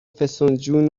فسنجان